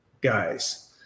guys